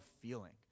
feeling